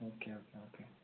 okay okay okay